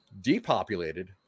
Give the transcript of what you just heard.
depopulated